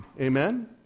Amen